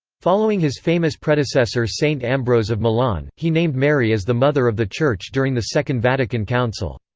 following his famous predecessor saint ambrose of milan, he named mary as the mother of the church during the second vatican council.